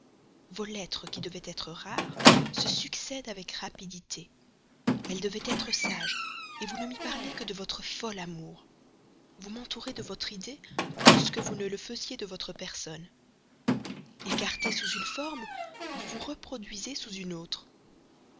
vos lettres qui devaient être rares se succèdent avec rapidité elles devaient être sages vous ne m'y parlez que de votre fol amour vous m'entourez de votre idée plus que vous ne le faisiez de votre personne ecarté sous une forme vous vous reproduisez sous une autre